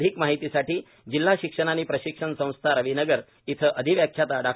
अधिक माहितीसाठी जिल्हा शिक्षण आणि प्रशिक्षण संस्था रविनगर इथं अधिव्याख्याता डॉ